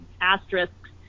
asterisks